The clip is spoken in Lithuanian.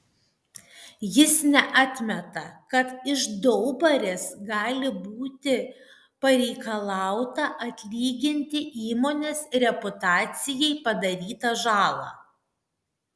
jis neatmeta kad iš daubarės gali būti pareikalauta atlyginti įmonės reputacijai padarytą žalą